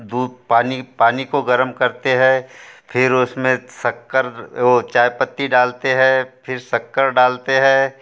दूध पानी पानी को गरम करते हैं फिर उसमें शक्कर और चायपत्ती डालते हैं फिर शक्कर डालते हैं